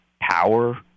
power